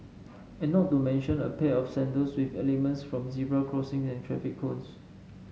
and not to mention a pair of sandals with elements from zebra crossing and traffic cones